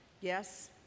Yes